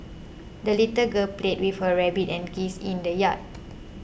the little girl played with her rabbit and geese in the yard